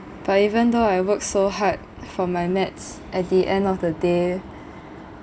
but even though I worked so hard for my maths at the end of the day